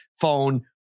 phone